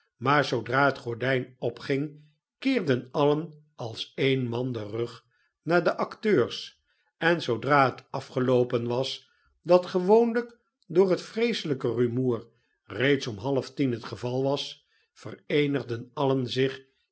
maar zoodra het gordijn opging keerden alien als en man den rug naar de acteurs en zoodra het afgeloopen was dat gewoonlijk door het vreeselijke rumoer reeds om halftien het geval was vereenigden alien zich